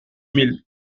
mille